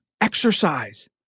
exercise